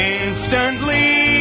instantly